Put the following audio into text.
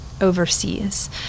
overseas